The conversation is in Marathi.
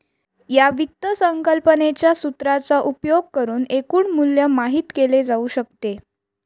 या वित्त संकल्पनेच्या सूत्राचा उपयोग करुन एकूण मूल्य माहित केले जाऊ शकते